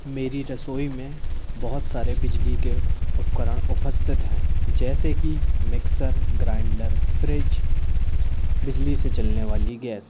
मेरी रसोई में बहुत सारे बिजली के उपकरण उपस्थित हैं जैसे कि मिक्सर ग्राइंडर फ़्रिज बिजली से चलने वाली गैस